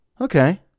Okay